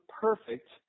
perfect